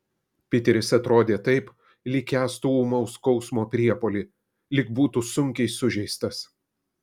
piteris atrodė taip lyg kęstų ūmaus skausmo priepuolį lyg būtų sunkiai sužeistas